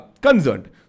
concerned